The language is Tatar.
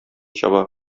чаба